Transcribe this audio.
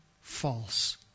false